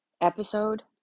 episode